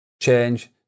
change